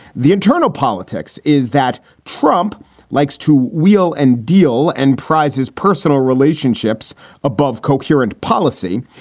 the internal politics is that trump likes to wheel and deal and prize his personal relationships above coherent policy.